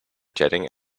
jetting